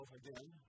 again